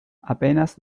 apenas